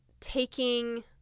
taking